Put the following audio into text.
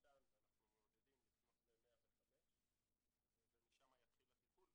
ניתן ואנחנו מעודדים לפנות ל-105 ומשם יתחיל הטיפול.